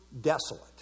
desolate